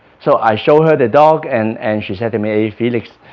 so i show her the dog and and she said to me felix